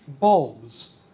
bulbs